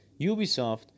Ubisoft